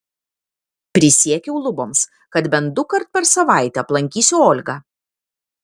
prisiekiau luboms kad bent dukart per savaitę aplankysiu olgą